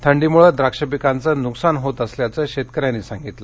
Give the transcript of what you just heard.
थंडीमुळं द्राक्ष पिकांचं नुकसान होत असल्याचं शेतकऱ्यांनी सांगितलं